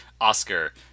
Oscar